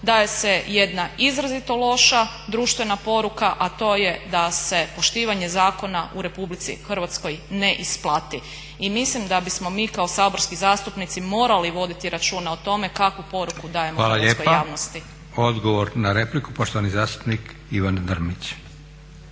Daje se jedna izrazito loša društvena poruka, a to je da se poštivanje zakona u Republici Hrvatskoj ne isplati. I mislim da bismo mi kao saborski zastupnici morali voditi računa o tome kakvu poruku dajemo hrvatskoj javnosti. **Leko, Josip (SDP)** Hvala lijepa. Odgovor na repliku, poštovani zastupnik Ivan Drmić.